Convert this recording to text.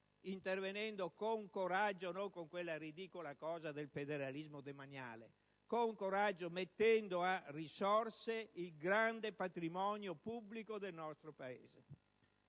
intervenendo con coraggio, non con quella cosa ridicola del federalismo demaniale, mettendo a risorsa il grande patrimonio pubblico del nostro Paese